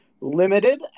limited